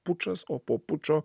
pučas o po pučo